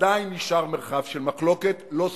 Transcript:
עדיין נשאר מרחב של מחלוקת לא סגור,